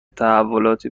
تحولاتی